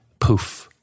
poof